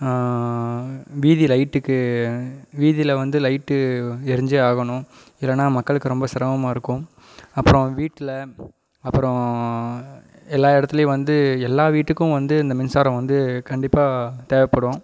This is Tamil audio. வீதி லைட்டுக்கு வீதியில வந்து லைட் எரிஞ்சே ஆகணும் இல்லைன்னா மக்களுக்கு ரொம்ப சிரமமாக இருக்கும் அப்புறம் வீட்டில் அப்புறம் எல்லா இடத்துலியும் வந்து எல்லா வீட்டுக்கும் வந்து இந்த மின்சாரம் வந்து கண்டிப்பாக தேவைப்படும்